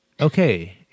Okay